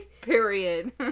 period